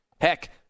Heck